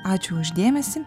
ačiū už dėmesį